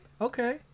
okay